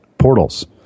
portals